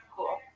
Cool